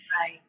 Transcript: Right